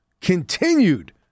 continued